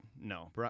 no